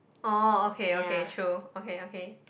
oh okay okay true okay okay